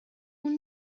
اون